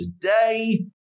today